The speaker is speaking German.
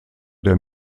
der